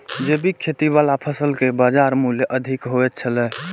जैविक खेती वाला फसल के बाजार मूल्य अधिक होयत छला